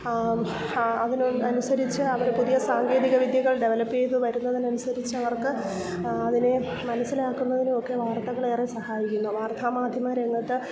അതിന് അനുസരിച്ച് അവർ പുതിയ സാങ്കേതികവിദ്യകൾ ഡെവലപ്പ് ചെയ്ത് വരുന്നതിനനുസരിച്ച് അവർക്ക് അതിനെ മനസ്സിലാക്കുന്നതിനും ഒക്കെ വാർത്തകൾ ഏറെ സഹായിക്കുന്നു വാർത്താമാധ്യമരംഗത്ത്